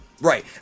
Right